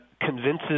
convinces